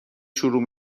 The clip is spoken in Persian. شروع